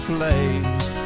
Plays